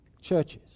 churches